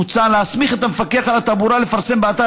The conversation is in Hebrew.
מוצע להסמיך את המפקח על התעבורה לפרסם באתר